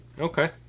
Okay